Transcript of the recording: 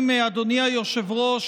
אדוני היושב-ראש,